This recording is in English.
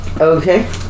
Okay